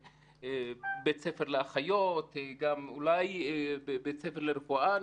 לבית ספר לאחיות אולי גם בית ספר נוסף לרפואה.